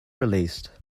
released